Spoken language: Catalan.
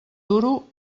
duro